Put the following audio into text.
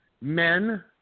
Men